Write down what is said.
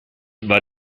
war